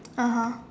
(uh huh)